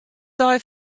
dei